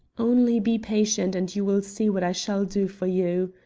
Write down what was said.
only be patient and you will see what i shall do for you.